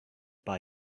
buy